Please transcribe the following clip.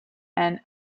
and